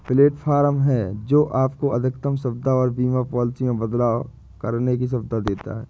platform है, जो आपको अधिकतम सुविधा और बीमा पॉलिसी में बदलाव करने की सुविधा देता है